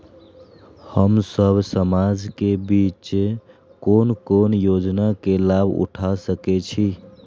हम सब समाज के बीच कोन कोन योजना के लाभ उठा सके छी?